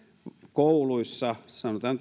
kouluissa sanotaan